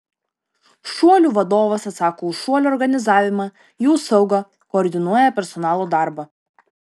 šuolių vadovas atsako už šuolių organizavimą jų saugą koordinuoja personalo darbą